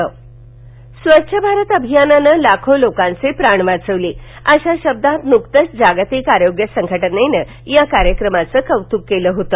स्वच्छ भारत अभियान स्वच्छ भारत अभियानानं लाखो लोकांचे प्राण वाचवले अशा शब्दात नुकतंच जागतिक आरोग्य संघटनेनं या कार्यक्रमाचं कौतुक केलं होतं